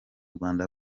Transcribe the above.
rwanda